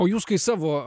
o jūs kai savo